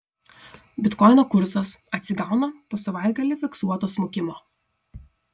bitkoino kursas atsigauna po savaitgalį fiksuoto smukimo